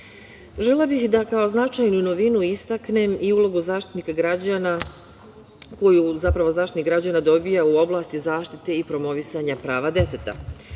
bih da kao značajnu novinu istaknem i ulogu Zaštitnika građana koju zapravo Zaštitnik građana dobija u oblasti zaštite i promovisanja prava deteta.